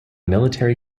military